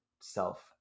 self